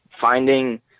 finding